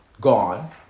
gone